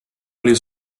oli